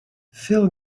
phil